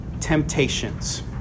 temptations